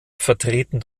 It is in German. vertreten